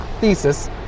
thesis